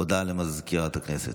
הודעה לסגנית מזכיר הכנסת.